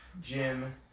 gym